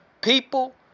people